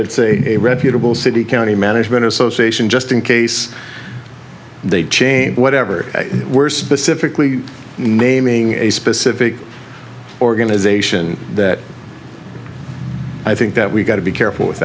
it's a reputable city county management association just in case they change whatever we're specifically naming a specific organization that i think that we've got to be careful with